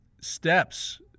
steps